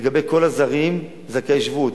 לגבי כל הזרים זכאי שבות,